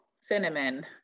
cinnamon